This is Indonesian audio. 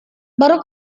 baru